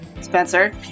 Spencer